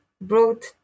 brought